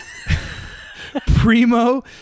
Primo